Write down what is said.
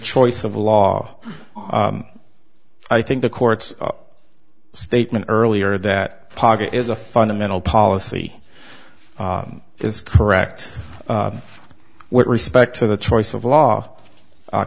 choice of law i think the courts statement earlier that is a fundamental policy is correct what respect to the choice of law